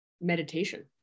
meditation